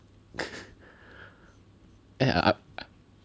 eh I I'm